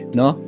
no